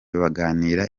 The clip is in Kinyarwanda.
baganira